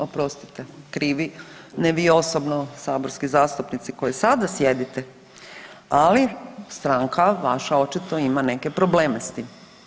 Oprostite, krivi, ne vi osobno saborski zastupnici koji sada sjedite, ali stranka vaša očito ima neke probleme s tim.